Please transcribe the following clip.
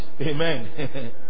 Amen